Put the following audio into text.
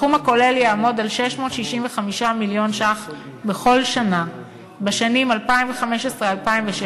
הסכום הכולל יעמוד על 665 מיליון ש"ח בכל שנה בשנים 2015 ו-2016,